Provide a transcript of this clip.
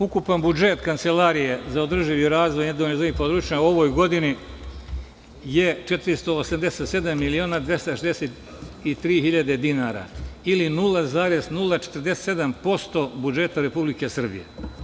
Ukupan budžet Kancelarije za održivi razvoj nedovoljno razvijenih područja u ovoj godini je 487.263.000 dinara ili 0,047% budžeta Republike Srbije.